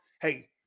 hey